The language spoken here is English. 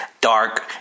dark